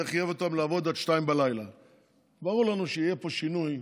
זה חייב אותם לעבוד עד 02:00. ברור לנו שיהיה פה שינוי,